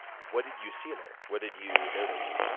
what did you see in her? what did you notice?